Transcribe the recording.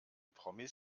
promis